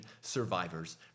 Survivors